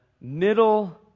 middle